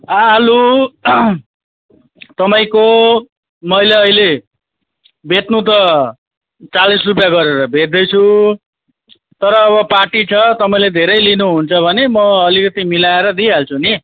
आलु तपाईँको मैले अहिले बेच्नु त चालिस रुपियाँ गरेर बेच्दैछु तर अब पार्टी छ तपाईँले धेरै लिनुहुन्छ भने म अलिकति मिलाएर दिइहाल्छु नि